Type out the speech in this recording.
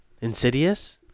Insidious